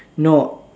no